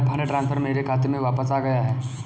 मेरा fund transfer मेरे खाते में वापस आ गया है